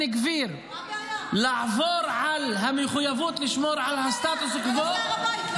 גביר לעבור על המחויבות לשמור על הסטטוס קוו,